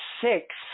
six